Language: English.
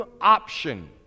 option